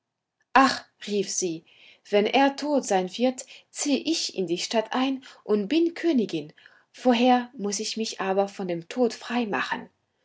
ach rief sie wenn er tot sein wird ziehe ich in die stadt ein und bin königin vorher muß ich mich aber von dem tod freimachen